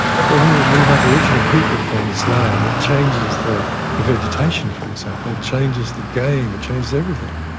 when we remove aboriginal people from this land it changes the the vegetation, for example, it changes the game, it changes everything.